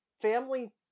family